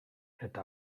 eta